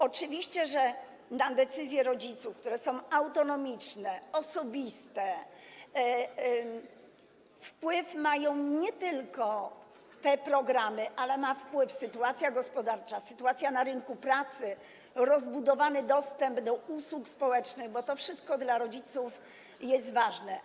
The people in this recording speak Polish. Oczywiście, na decyzje rodziców, które są autonomiczne, osobiste, wpływ mają nie tylko te programy, ale też sytuacja gospodarcza, sytuacja na rynku pracy, rozbudowany dostęp do usług społecznych, bo to wszystko dla rodziców jest ważne.